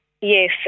Yes